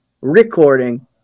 recording